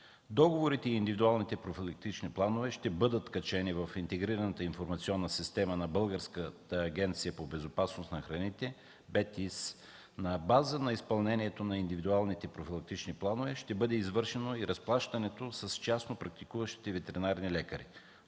Договорите и индивидуалните профилактични планове ще бъдат качени в интегрираната информационна система на Българската агенция по безопасност на храните – ВетИС, на база на изпълнението на индивидуалните профилактични планове ще бъде извършено и разплащането с частно практикуващите ветеринарни лекари.